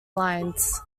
lines